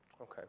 Okay